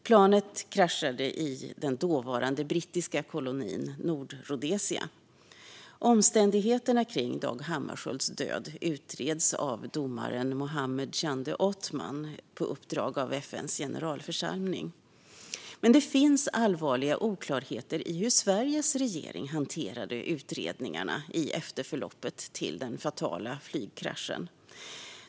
Planet kraschade i den dåvarande brittiska kolonin Nordrhodesia. Omständigheterna kring Dag Hammarskjölds död utreds av domaren Mohamed Chande Othman på uppdrag av FN:s generalförsamling. Det finns allvarliga oklarheter i hur Sveriges regering hanterade utredningarna i förloppet efter den fatala flygkraschen.